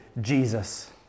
Jesus